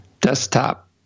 desktop